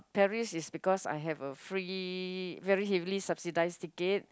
Paris is because I have a free very heavily subsidize ticket